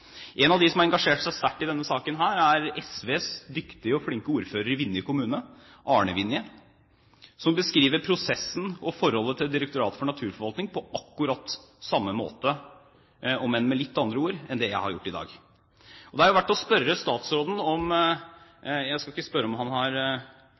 En av dem som har engasjert seg sterkt i denne saken, er SVs dyktige og flinke ordfører i Vinje kommune, Arne Vinje, som beskriver prosessen og forholdet til Direktoratet for naturforvaltning på akkurat samme måte – om enn med litt andre ord – som det jeg har gjort i dag. Det er jo verdt å spørre statsråden – jeg skal ikke spørre om